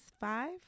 five